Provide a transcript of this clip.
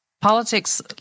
Politics